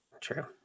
True